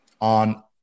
on